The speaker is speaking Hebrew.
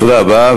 תודה רבה.